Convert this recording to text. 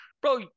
bro